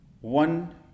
One